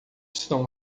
são